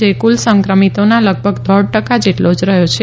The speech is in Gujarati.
જે કુલ સંક્રમિતોના લગભગ દોઢ ટકા જેટલો જ રહ્યો છે